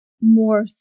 more